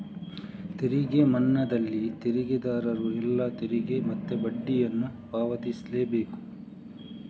ತೆರಿಗೆ ಮನ್ನಾದಲ್ಲಿ ತೆರಿಗೆದಾರರು ಎಲ್ಲಾ ತೆರಿಗೆ ಮತ್ತೆ ಬಡ್ಡಿಯನ್ನ ಪಾವತಿಸ್ಲೇ ಬೇಕು